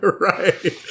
Right